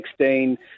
2016